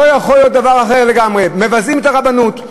לא יכול להיות דבר אחר לגמרי: מבזים את הרבנות.